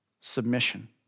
Submission